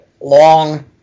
long